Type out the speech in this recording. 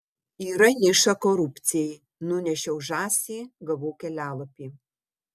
yra niša korupcijai nunešiau žąsį gavau kelialapį